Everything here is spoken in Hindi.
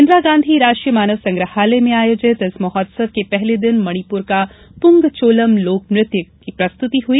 इंदिरा गांधी राष्ट्रीय मानव संग्रहालय में आयोजित इस महोत्सव के पहले दिन मणिपुर का प्रंगचोलम लोकनृत्य की प्रस्तृति हई